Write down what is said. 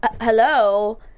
Hello